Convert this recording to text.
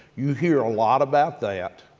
you hear a lot about that,